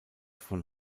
von